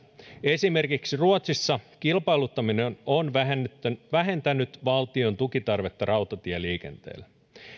esimerkiksi ruotsissa kilpailuttaminen on vähentänyt valtion tukitarvetta rautatieliikenteelle